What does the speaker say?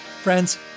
Friends